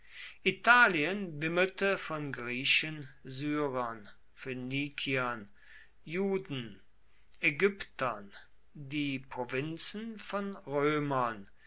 italien wimmelte von griechen syrern phönikern juden ägyptern die provinzen von römern